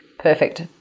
perfect